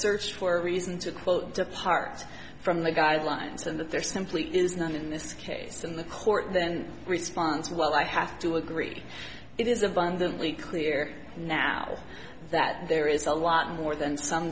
searched for a reason to quote depart from the guidelines and that there simply is none in this case and the court then responds well i have to agree it is abundantly clear now that there is a lot more than some